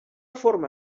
forma